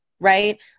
right